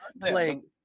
playing